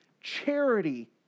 charity